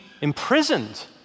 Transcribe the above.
imprisoned